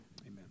Amen